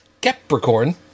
Capricorn